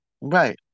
right